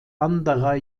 anderer